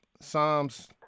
Psalms